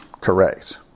correct